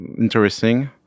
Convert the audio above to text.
interesting